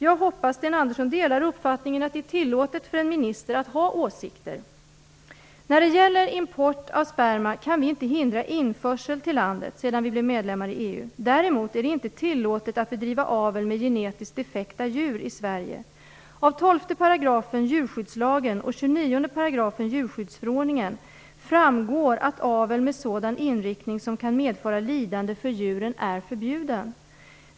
Jag hoppas att Sten Andersson delar uppfattningen att det är tillåtet för en minister att ha åsikter. När det gäller import av sperma kan vi inte hindra införsel till landet sedan vi blev medlemmar i EU. Däremot är det inte tillåtet att bedriva avel med genetiskt defekta djur i Sverige. Av 12 § djurskyddslagen framgår att avel med sådan inriktning som kan medföra lidande för djuren är förbjuden.